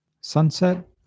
Sunset